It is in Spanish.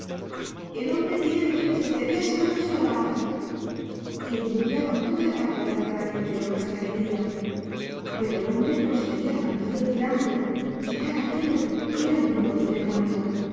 el hombre tiene el winchester ya estamos salvadas y enturbiaban toda el agua verdaderamente locas de alegría pero el hombre proseguía tranquilo tirando y cada tiro era un nuevo tigre muerto